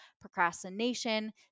procrastination